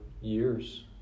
years